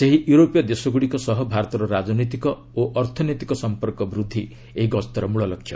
ସେହି ୟୁରୋପୀୟ ଦେଶଗୁଡ଼ିକ ସହ ଭାରତର ରାଜନୈତିକ ଓ ଅର୍ଥନୈତିକ ସଂପର୍କ ବୃଦ୍ଧି ଏହି ଗସ୍ତର ମୂଳଲକ୍ଷ୍ୟ